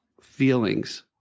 feelings